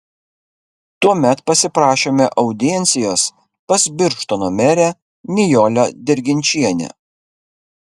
tuomet pasiprašėme audiencijos pas birštono merę nijolę dirginčienę